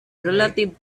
relative